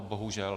Bohužel.